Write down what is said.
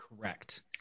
Correct